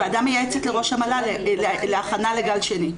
ועדה מייעצת לראש המל"ל להכנה לגל שני.